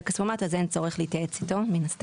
כספומט אז מן הסתם אין צורך להתייעץ איתו.